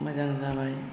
मोजां जाबाय